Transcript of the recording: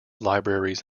libraries